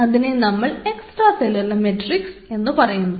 അതിനെ നമ്മൾ extracellular matrix material എന്നു പറയുന്നു